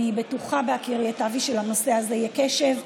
אני בטוחה, בהכירי את אבי, שלנושא הזה יהיה קשב.